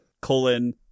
Colon